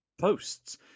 posts